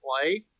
play